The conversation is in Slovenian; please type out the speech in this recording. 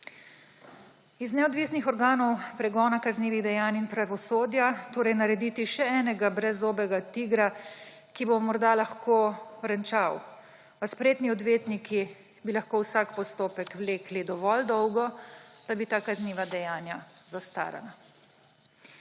Iz neodvisnih organov pregona kaznivih dejanj in pravosodja torej narediti še enega brezzobega tigra, ki bo morda lahko renčal. A spretni odvetniki bi lahko vsak postopek vlekli dovolj dolgo, da bi ta kazniva dejanja zastarala.